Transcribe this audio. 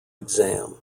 exam